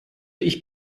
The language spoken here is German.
ich